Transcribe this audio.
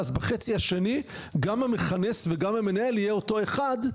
אז בחצי השני גם המכנס וגם המנהל יהיה אותו אחד,